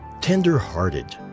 tender-hearted